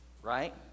Right